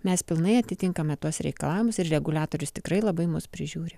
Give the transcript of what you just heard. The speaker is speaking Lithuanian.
mes pilnai atitinkame tuos reikalavimus ir reguliatorius tikrai labai mus prižiūri